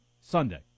Sunday